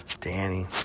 Danny